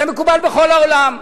זה מקובל בכל העולם.